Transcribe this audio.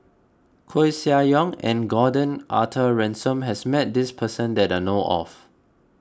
Koeh Sia Yong and Gordon Arthur Ransome has met this person that I know of